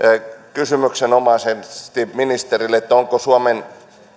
kysymyksenomaisesti ministerille ovatko suomen